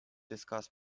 discuss